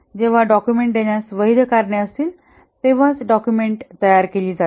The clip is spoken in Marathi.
जेव्हा डॉक्युमेंट देण्यास वैध कारणे असतील तेव्हाच डॉक्युमेंट तयार केली जातात